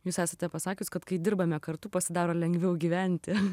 jūs esate pasakius kad kai dirbame kartu pasidaro lengviau gyventi